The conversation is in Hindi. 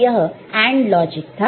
तो यह AND लॉजिक था